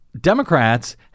Democrats